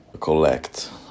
collect